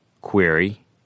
Query